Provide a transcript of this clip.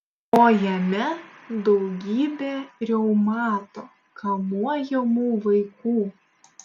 o jame daugybė reumato kamuojamų vaikų